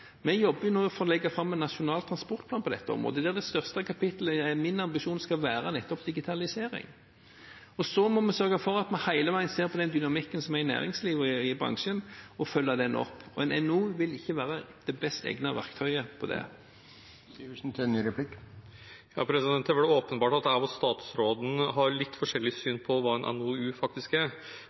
Vi jobber nå for å legge fram en nasjonal transportplan på dette området, der min ambisjon er at det største kapittelet nettopp skal være om digitalisering. Så må vi sørge for at vi hele veien ser på den dynamikken som er i næringslivet og i bransjen, og følge den opp. En NOU vil ikke være det best egnede verktøyet til det. Det er vel åpenbart at jeg og statsråden har litt forskjellig syn på hva en NOU faktisk er.